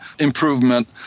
improvement